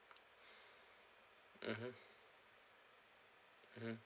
mmhmm mmhmm